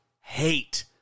hate